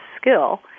skill